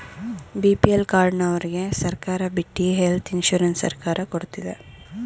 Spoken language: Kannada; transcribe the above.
ಬಿ.ಪಿ.ಎಲ್ ಕಾರ್ಡನವರ್ಗೆ ಸರ್ಕಾರ ಬಿಟ್ಟಿ ಹೆಲ್ತ್ ಇನ್ಸೂರೆನ್ಸ್ ಸರ್ಕಾರ ಕೊಡ್ತಿದೆ